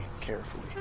carefully